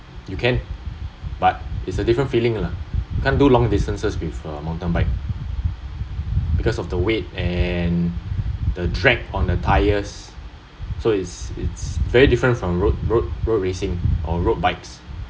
you can but is a different feeling lah can't do long distances with uh mountain bike because of the weight and the drag on the tires so is is very different from road road road racing or road bikes